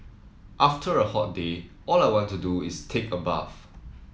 after a hot day all I want to do is take a bath